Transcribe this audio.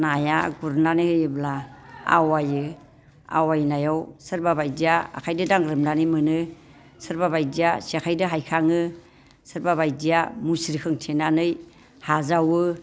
नाया गुरनानै होयोब्ला आवायो आवायनायाव सोरबाबायदिया आखाइजों दांग्रोनानै मोनो सोरबाबायदिया जेखाइदो हायखाङो सोरबा बायदिया मुस्रि खोंथेनानै नाजावो